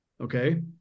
okay